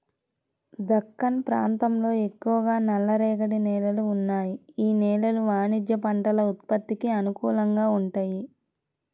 దక్కన్ ప్రాంతంలో ఎక్కువగా నల్లరేగడి నేలలు ఉన్నాయి, యీ నేలలు వాణిజ్య పంటల ఉత్పత్తికి అనుకూలంగా వుంటయ్యి